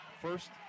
First